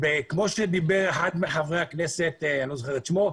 כמו שאמר אחד מחברי הכנסת קודם לכן,